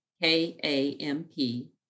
K-A-M-P